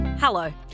Hello